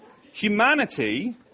Humanity